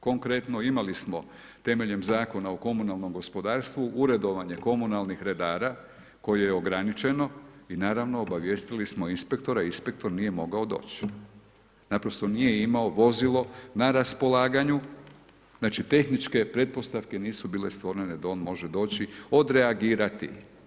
Konkretno imali smo temeljem Zakona o komunalnom gospodarstvu uredovanje komunalnih redara koje je ograničeno i naravno obavijestili smo inspektora i inspektor nije mogao doći, naprosto nije imao vozilo na raspolaganju, znači tehničke pretpostavke nisu bile stvorene da on može doći, odreagirati.